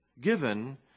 Given